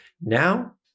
Now